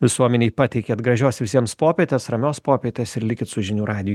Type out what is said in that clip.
visuomenei pateikėt gražios visiems popietės ramios popietės ir likit su žinių radiju